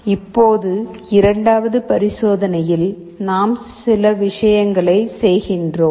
இப்போது இரண்டாவது பரிசோதனையில் நாம் சில விஷயங்களை செய்கிறோம்